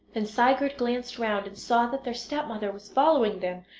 then sigurd glanced round and saw that their stepmother was following them,